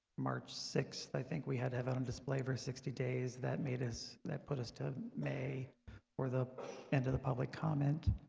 march sixth i think we had to have on um display for sixty days that made us that put us to may or the end of the public comment